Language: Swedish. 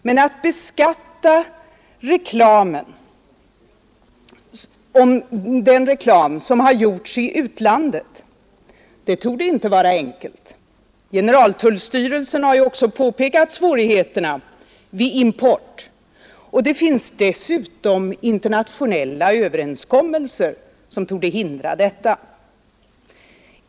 Men att beskatta den reklam som har gjorts i utlandet torde inte vara enkelt. Generaltullstyrelsen har ju påpekat svårigheterna vid import, och det finns dessutom internationella överenskommelser som torde hindra detta.